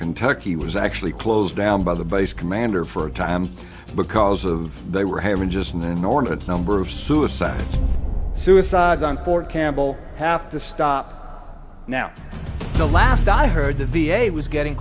kentucky was actually closed down by the base commander for a time because of they were having just an inordinate number of suicides suicides on fort campbell have to stop now the last i heard the v a was getting